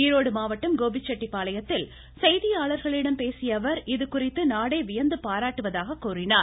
ஈரோடு மாவட்டம் கோபிச்செட்டிப்பாளையத்தில் செய்தியாளர்களிடம் பேசிய அவர் இது குறித்து நாடே வியந்து பாராட்டுவதாக கூறினார்